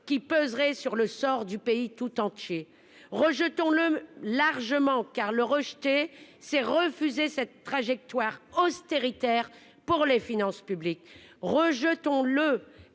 qui pèserait sur le sort du pays tout entier. Rejetant le largement car le rejeter c'est refuser cette trajectoire austéritaire pour les finances publiques rejetons le